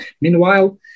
Meanwhile